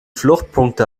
fluchtpunkte